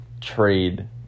trade